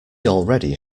already